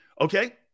Okay